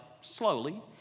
slowly